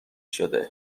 شده